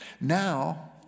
Now